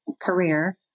career